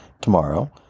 tomorrow